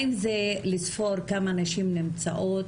האם זה לספור כמה נשים נמצאות?